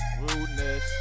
Rudeness